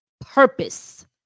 purpose